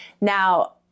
Now